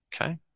okay